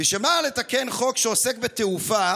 בשביל מה לתקן חוק שעוסק בתעופה